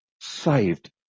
Saved